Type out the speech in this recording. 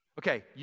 Okay